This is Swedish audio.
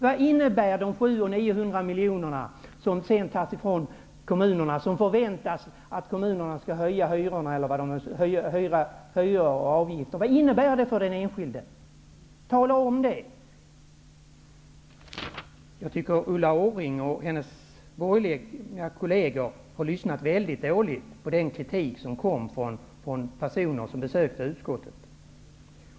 Vad innebär de 700--900 miljoner som skall tas från kommunerna, vilka sedan förväntas höja hyror och avgifter, för den enskilde? Tala om det! Jag tycker att Ulla Orring och hennes borgerliga kolleger har lyssnat mycket dåligt på den kritik som kom från personer som besökte utskottet.